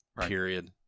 period